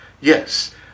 Yes